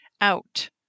out